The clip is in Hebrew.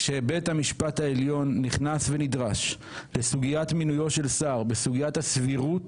כאשר בית המשפט העליון נכנס ונדרש לסוגיית מינויו של שר בסוגיית הסבירות